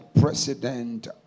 president